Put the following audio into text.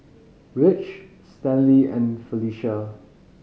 Ridge Stanley and Felicie